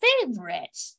favorite